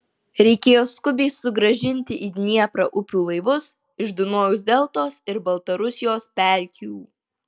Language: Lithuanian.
reikėjo skubiai sugrąžinti į dnieprą upių laivus iš dunojaus deltos ir baltarusijos pelkių